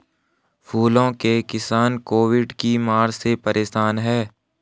फूलों के किसान कोविड की मार से परेशान है